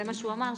זה מה שהוא אמר,